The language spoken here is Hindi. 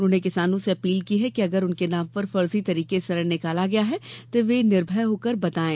उन्होंने किसानों से अपील की कि अगर उनके नाम पर फर्जी तरीके से ऋण निकाला गया है तो वे निर्भय होकर बतायें